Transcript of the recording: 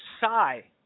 sigh